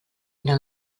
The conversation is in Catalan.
una